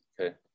okay